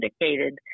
indicated